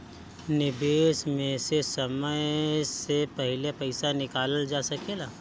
निवेश में से समय से पहले पईसा निकालल जा सेकला?